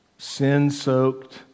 sin-soaked